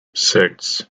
six